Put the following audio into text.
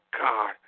God